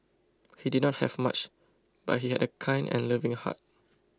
he did not have much but he had a kind and loving heart